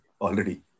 already